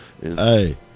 Hey